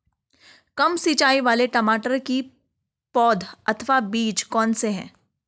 कम सिंचाई वाले टमाटर की पौध अथवा बीज कौन से हैं?